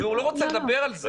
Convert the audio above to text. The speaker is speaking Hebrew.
הוא לא רוצה לדבר על זה.